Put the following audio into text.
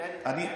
תיתן דוגמה.